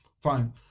fine